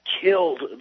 killed